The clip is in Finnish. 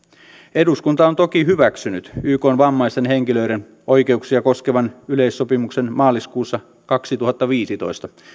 eduskunta on toki hyväksynyt ykn vammaisten henkilöiden oikeuksia koskevan yleissopimuksen maaliskuussa kaksituhattaviisitoista